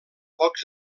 pocs